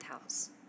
house